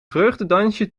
vreugdedansje